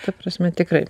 šia prasme tikrai